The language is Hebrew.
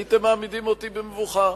הייתם מעמידים אותי במבוכה.